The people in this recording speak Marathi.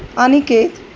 अनिकेत